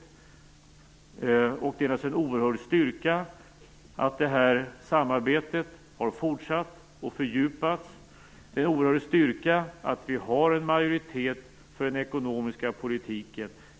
Det är naturligtvis en oerhörd styrka att detta samarbete har fortsatt och fördjupats. Det är en oerhörd styrka att vi har en majoritet för den ekonomiska politiken.